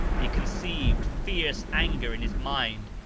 he conceived fierce anger in his mind,